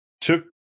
took